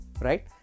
Right